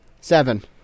Seven